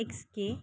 X K